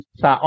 sa